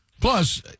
plus